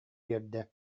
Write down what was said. биэрдэ